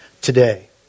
today